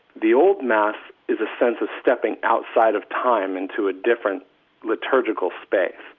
the old mass is a sense of stepping outside of time into a different liturgical space.